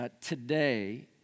today